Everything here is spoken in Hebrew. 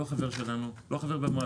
אני לא חבר שלהם, לא חבר במועדון.